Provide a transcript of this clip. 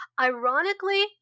Ironically